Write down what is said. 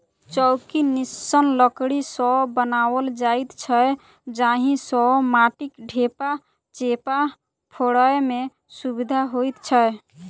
चौकी निस्सन लकड़ी सॅ बनाओल जाइत छै जाहि सॅ माटिक ढेपा चेपा फोड़य मे सुविधा होइत छै